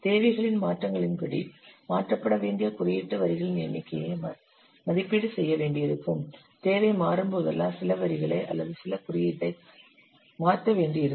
தேவைகளின் மாற்றங்களின்படி மாற்றப்பட வேண்டிய குறியீட்டு வரிகளின் எண்ணிக்கையை மதிப்பீடு செய்ய வேண்டும் தேவை மாறும்போதெல்லாம் சில வரிகளை அல்லது சில குறியீட்டை மாற்ற வேண்டியிருக்கும்